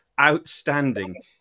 outstanding